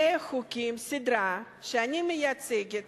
שזו סדרת חוקים שאני מציגה